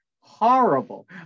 horrible